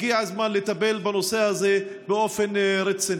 הגיע הזמן לטפל בנושא הזה באופן רציני.